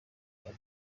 ari